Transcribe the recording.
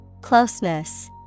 Closeness